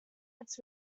its